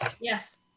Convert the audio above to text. Yes